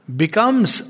becomes